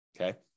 okay